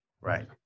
Right